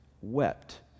wept